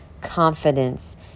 confidence